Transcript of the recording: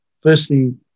Firstly